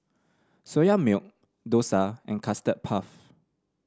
Soya Milk dosa and Custard Puff